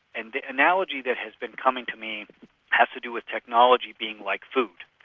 and the analogy that has been coming to me has to do with technology being like food.